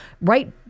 right